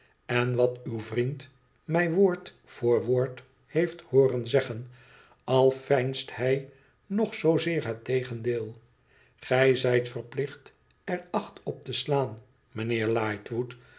en wat uw vriend mij woord jvoor woord heeft hoeren zeggen al veinst hij nog zoozeer het tegendeel gij zijt verplicht er acht op te slaan